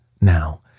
Now